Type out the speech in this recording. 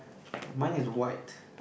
mine is white